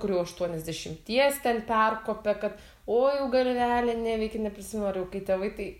kur jau aštuoniasdešimties ten perkopia kad o jau galvelė neveikia neprisimenu ar jau kai tėvai tai